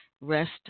Rest